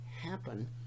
happen